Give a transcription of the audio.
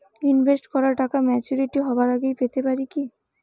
Invest করা টাকা maturity হবার আগেই পেতে পারি কি?